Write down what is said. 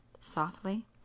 softly